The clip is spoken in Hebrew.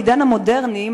בעידן המודרני,